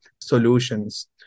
solutions